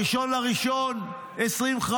ב-1 בינואר 2025,